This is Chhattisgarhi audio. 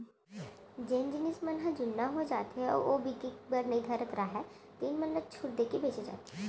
जेन जिनस मन ह जुन्ना हो जाथे अउ ओ ह बिके बर नइ धरत राहय तेन मन ल छूट देके बेचे जाथे